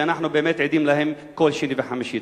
שאנחנו באמת עדים להן כל שני וחמישי.